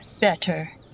better